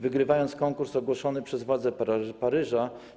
Wygrała konkurs ogłoszony przez władze Paryża.